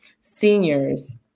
seniors